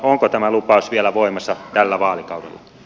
onko tämä lupaus vielä voimassa tällä vaalikaudella